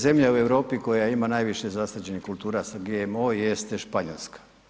Zemlja u Europi koja ima najviše zasađenih kultura sa GMO jeste Španjolska.